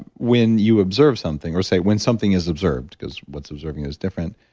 when you observe something or say when something is observed, because what's observing is different,